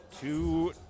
two